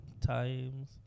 times